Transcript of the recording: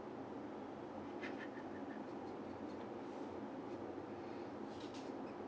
okay